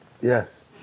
Yes